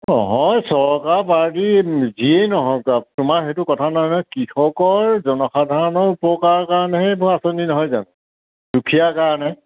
নহয় চৰকাৰ পাৰ্টি যিয়েই নহওক তোমাৰ সেইটো কথা নহয় নহয় কৃষকৰ জনসাধাৰণৰ উপকাৰৰ কাৰণেহে এইবোৰ আঁচনি নহয় জানো দুখীয়াৰ কাৰণে